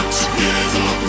together